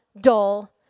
dull